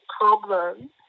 problem